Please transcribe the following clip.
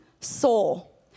soul